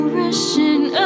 rushing